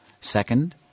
Second